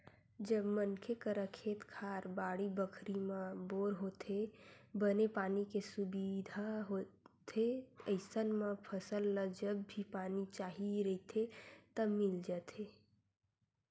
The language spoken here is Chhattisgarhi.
जब मनखे करा खेत खार, बाड़ी बखरी म बोर होथे, बने पानी के सुबिधा होथे अइसन म फसल ल जब भी पानी चाही रहिथे त मिल जाथे